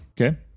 Okay